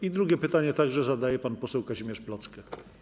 I drugie pytanie także zadaje pan poseł Kazimierz Plocke.